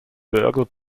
burglar